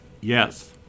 Yes